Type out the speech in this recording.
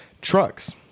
trucks